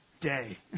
day